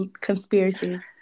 conspiracies